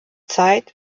zeit